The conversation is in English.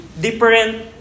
different